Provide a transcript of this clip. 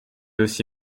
aussi